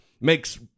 makes